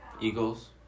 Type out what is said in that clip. Eagles